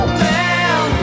man